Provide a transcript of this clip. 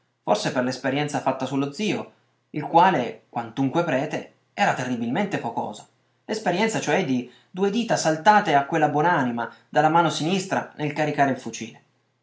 forse per l'esperienza fatta su lo zio il quale quantunque prete era terribilmente focoso l'esperienza cioè di due dita saltate a quella buon'anima dalla mano sinistra nel caricare il fucile